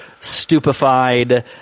stupefied